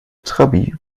trabi